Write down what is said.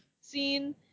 scene